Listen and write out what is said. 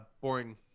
boring